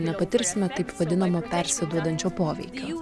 nepatirsime taip vadinamo persiduodančio poveikio